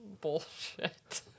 Bullshit